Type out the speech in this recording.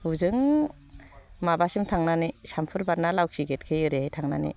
हजों माबासिम थांनानै सामफुर बारना लावखि गेटखै ओरैहाय थांनानै